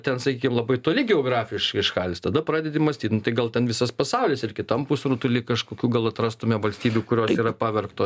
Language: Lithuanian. ten sakykim labai toli geografiškai šalys tada pradedi mąstyt nu tai gal ten visas pasaulis ir kitam pusrutuly kažkokių gal atrastume valstybių kurios yra pavergtos